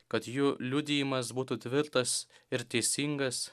kad jų liudijimas būtų tvirtas ir teisingas